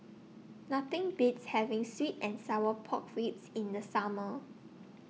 Nothing Beats having Sweet and Sour Pork Ribs in The Summer